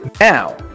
Now